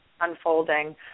unfolding